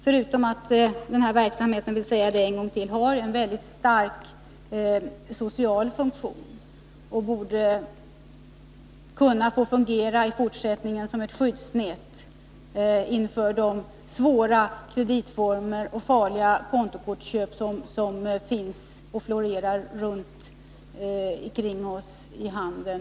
Till detta kommer att bosättningslånen har en viktig social funktion — jag vill säga det en gång till — och borde kunna få fungera i fortsättningen som ett skyddsnät mot kontokort och andra farliga kreditformer som florerar runt omkring oss i handeln.